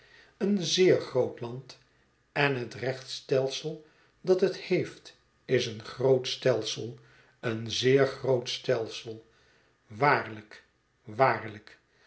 een zeer groot land en het rechtsstelsel dat het heeft is een groot stelsel een zeer groot stelsel waarlijk waarlijk